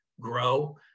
grow